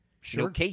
Sure